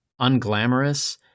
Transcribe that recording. unglamorous